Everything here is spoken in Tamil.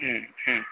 ம் ம்